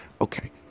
Okay